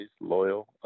loyal